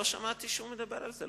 ולא שמעתי שהוא מדבר על זה.